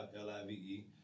L-I-V-E